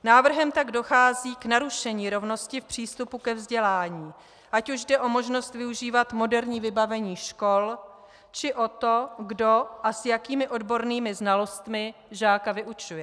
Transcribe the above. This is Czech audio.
Návrhem tak dochází k narušení rovnosti přístupu ke vzdělání, ať už jde o možnost využívat moderní vybavení škol či o to, kdo a s jakými odbornými znalostmi žáka vyučuje.